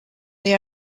they